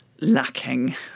lacking